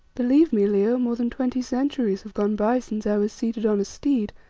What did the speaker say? believe me, leo, more than twenty centuries have gone by since i was seated on a steed,